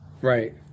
Right